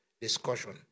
discussion